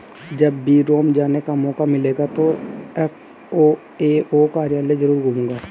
जब भी रोम जाने का मौका मिलेगा तो एफ.ए.ओ कार्यालय जरूर घूमूंगा